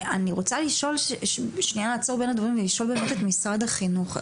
אני רוצה לשאול שנייה לעצור בין הדברים ולשאול באמת את משרד החינוך,